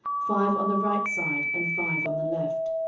five on the right side, and five on the left.